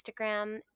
Instagram